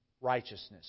righteousness